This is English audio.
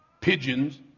pigeons